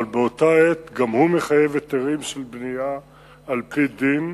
אבל באותה עת גם הוא מחייב היתרים של בנייה על-פי דין,